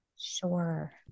Sure